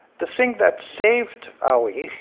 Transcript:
the thing that saved hauy,